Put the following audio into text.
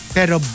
pero